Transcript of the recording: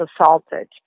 assaulted